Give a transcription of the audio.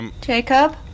Jacob